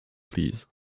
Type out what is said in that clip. please